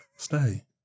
Stay